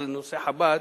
על נושא חב"ד,